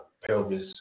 pelvis